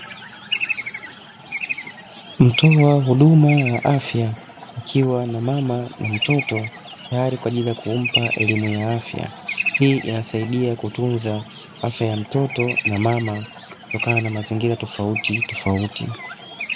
Mtoa huduma ya afya akiwa na mama na mtoto, tayari kwa ajili ya kumpa elimu ya afya. Hii inasaidia kutunza afya ya mtoto na mama, kutokana na mazingira tofautitofauti.